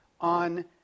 on